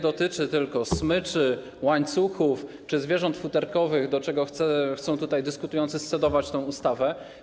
nie dotyczy tylko smyczy, łańcuchów czy zwierząt futerkowych, do czego chcą tutaj dyskutujący zredukować tę ustawę.